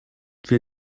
wir